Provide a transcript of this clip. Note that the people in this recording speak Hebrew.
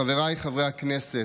חבריי חברי הכנסת,